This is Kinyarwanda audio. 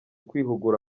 kwihugura